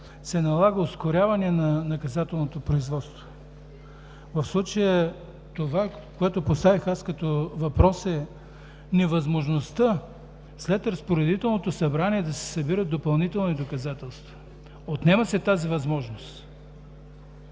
се налага ускоряване на наказателното производство. В случая това, което аз поставих като въпрос, е невъзможността след разпоредителното заседание да се събират допълнителни доказателства – отнема се тази възможност.